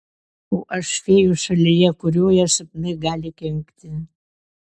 o aš fėjų šalyje kurioje sapnai gali kenkti